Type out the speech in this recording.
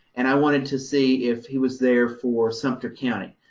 and i wanted to see if he was there for sumpter county.